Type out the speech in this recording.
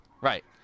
right